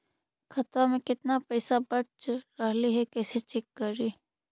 खाता में केतना पैसा बच रहले हे कैसे चेक करी?